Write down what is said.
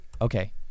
Okay